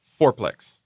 fourplex